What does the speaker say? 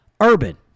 Urban